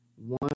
One